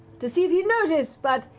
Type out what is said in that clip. to see if you'd notice! but